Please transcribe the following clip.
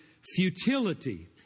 futility